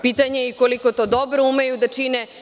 Pitanje je i koliko to dobro umeju da čine.